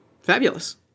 fabulous